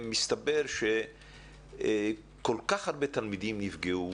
מסתבר שכל כך הרבה תלמידים נפגעו,